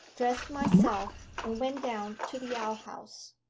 dressed myself, and went down to the outhouse.